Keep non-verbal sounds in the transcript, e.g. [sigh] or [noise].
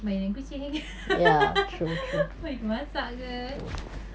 main dengan kucing [laughs] memasak ke